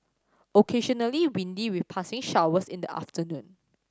occasionally windy with passing showers in the afternoon